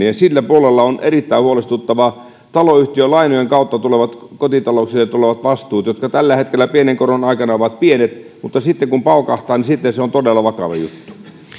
ja sillä puolella on erittäin huolestuttavaa taloyhtiölainojen kautta kotitalouksille tulevat vastuut tällä hetkellä pienen koron aikana ovat pienet mutta sitten kun paukahtaa se on todella vakava juttu